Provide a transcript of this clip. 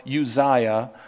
Uzziah